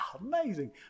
Amazing